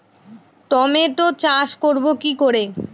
Tomato চাষ করব কি করে?